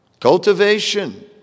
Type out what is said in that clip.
Cultivation